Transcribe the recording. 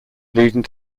leading